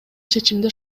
чечимди